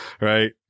right